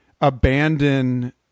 abandon